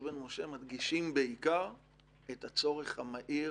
בן משה מדגישים בעיקר את הצורך המהיר